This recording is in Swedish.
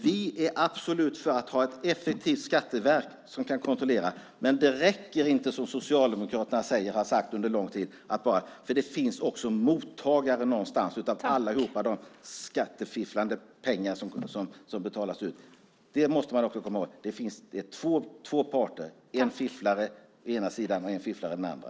Vi är absolut för att ha ett effektivt skatteverk som kan kontrollera. Men det räcker inte, som Socialdemokraterna har sagt under lång tid, för det finns också mottagare någonstans av alla de skattefifflade pengar som betalas ut. Det måste man också komma ihåg. Det är två parter, en fifflare på den ena sidan och en annan fifflare på den andra.